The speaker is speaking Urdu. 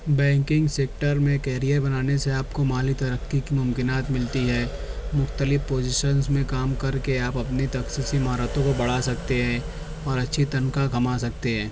بیکنگ سیکٹر میں کیرئر بنانے سے آپ کو مالی ترقی کی ممکنات ملتی ہے مختلف پوزیشنس میں کام کر کے آپ اپنی خصوصی مہارتوں کو بڑھا سکتے ہیں اور اچھی تنخواہ کما سکتے ہیں